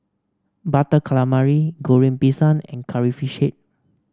Butter Calamari Goreng Pisang and Curry Fish Head